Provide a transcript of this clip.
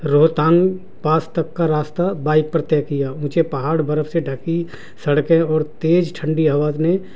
Rohtang pass تک کا راستہ بائک پر طے کیا اونھے پہاڑ برف سے ڈھکی سڑکیں اور تیز ٹھنڈی ہوا اس نے